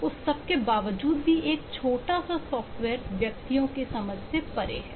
उस सबके बावजूद भी एक छोटा सा सॉफ्टवेयर व्यक्तियों की समझ से परे है